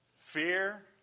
fear